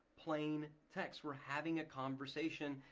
plain text. we're having a conversation.